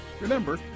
Remember